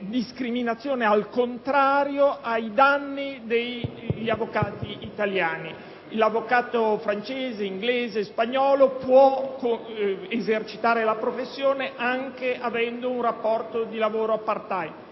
discriminazione al contrario ai danni degli avvocati italiani. L'avvocato francese, inglese o spagnolo può esercitare la professione anche avendo altrove un rapporto di lavoro *part time*?